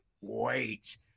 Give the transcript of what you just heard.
wait